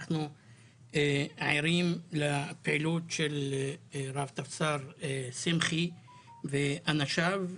אנחנו ערים לפעילות של רב טפסר שמחי ואנשיו.